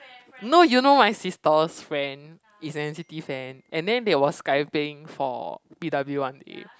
no you know my sister's friend is an n_c_t fan and then they were skyping for P_W one day